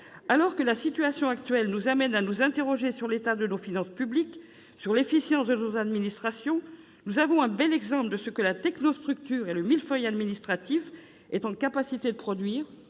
Alors que la situation actuelle nous amène à nous interroger sur l'état de nos finances publiques et sur l'efficience de nos administrations, nous avons un bel exemple de ce que la technostructure et le millefeuille administratif sont en capacité de produire